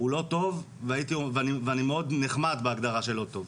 הוא לא טוב, ואני מאוד נחמד בהגדרה של לא טוב.